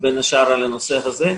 ובין השאר, על הנושא הזה.